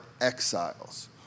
exiles